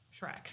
Shrek